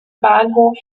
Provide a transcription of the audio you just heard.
bahnhof